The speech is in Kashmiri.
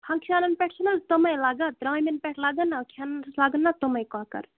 فنٛگَشَنَن پٮ۪ٹھ چھِنہٕ حظ تِمَے لَگان ترٛامٮ۪ن پٮ۪ٹھ لَگن نا کھٮ۪نَس لَگن نا تِمَے کۄکَر